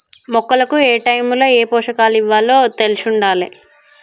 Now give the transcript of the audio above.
మొక్కలకు ఏటైముల ఏ పోషకాలివ్వాలో తెలిశుండాలే